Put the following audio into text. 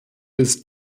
ist